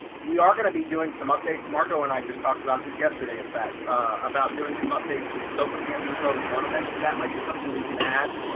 we are going to be doing some updates marco and i just talked about this yesterday, in fact about doing some updates and local gmb pro is one of them. so that might be something we can add.